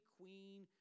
queen